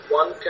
one